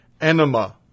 Enema